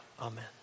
Amen